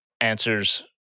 answers